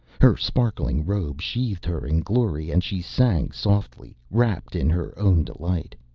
her sparkling robe sheathed her in glory and she sang softly, rapt in her own delight.